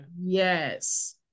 Yes